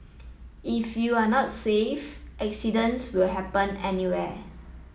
if you're not safe accidents will happen anyway